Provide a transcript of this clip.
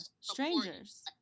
strangers